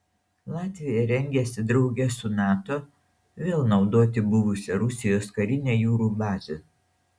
latvija rengiasi drauge su nato vėl naudoti buvusią rusijos karinę jūrų bazę